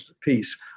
piece